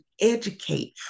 educate